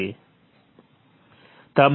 m છે